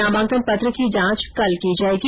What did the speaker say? नामांकन पत्र की जांच कल की जायेगी